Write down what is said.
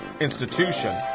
institution